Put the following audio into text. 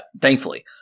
thankfully